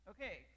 Okay